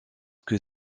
que